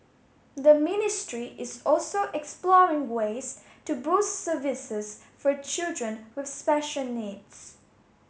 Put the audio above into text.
the ministry is also exploring ways to boost services for children with special needs